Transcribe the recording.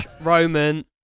Roman